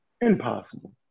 Impossible